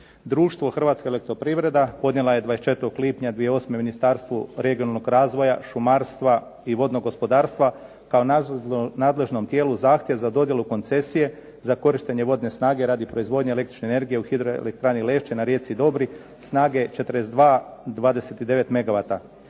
Društvo Hrvatska elektroprivreda podnijela je 24. lipnja 2008. Ministarstvu regionalnog razvoja, šumarstva i vodnog gospodarstva kao nadležnom tijelu zahtjev za dodjelu koncesije za korištenje vodne snage radi proizvodnje električne energije u hidroelektrani Lešće na rijeci Dobri snage četrdeset